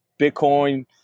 Bitcoin